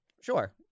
sure